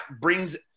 brings